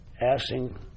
asking